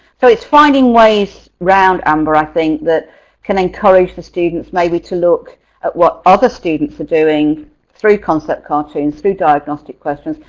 so it's finding ways around amber i think that can encourage the students maybe to look at what other students are doing through concept cartoons, through diagnostic questions,